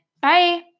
Bye